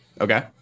Okay